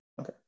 Okay